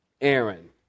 Aaron